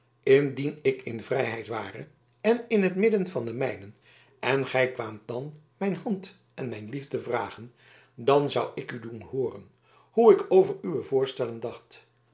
indien ik in vrijheid ware en in t midden van de mijnen en gij kwaamt dan mijn hand en mijn liefde vragen dan zou ik u doen hooren hoe ik over uwe voorstellen dacht